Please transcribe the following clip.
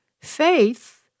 faith